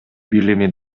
билими